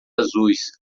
azuis